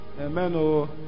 Amen